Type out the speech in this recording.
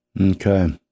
Okay